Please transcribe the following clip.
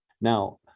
Now